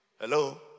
Hello